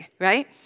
Right